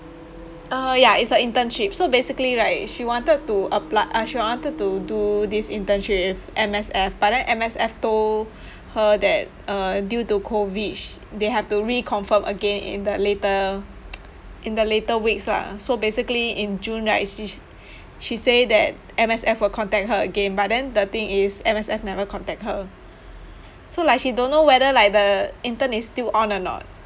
uh ya it's a internship so basically right she wanted to appl~ uh she wanted to do this internship with M_S_F but then M_S_F told her that uh due to COVID sh~ they have to reconfirm again in the later in the later weeks lah so basically in june right she's she say that M_S_F will contact her again but then the thing is M_S_F never contact her so like she don't know whether like the intern is still on or not